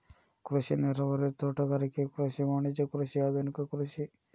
ಕೃಷಿ ನೇರಾವರಿ, ತೋಟಗಾರಿಕೆ ಕೃಷಿ, ವಾಣಿಜ್ಯ ಕೃಷಿ, ಆದುನಿಕ ಕೃಷಿ